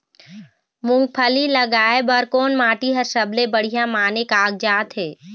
मूंगफली लगाय बर कोन माटी हर सबले बढ़िया माने कागजात हे?